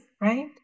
right